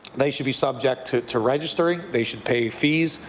they should be subject to to registering, they should pay fees,